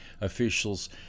officials